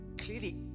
clearly